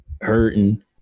hurting